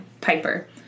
Piper